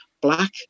black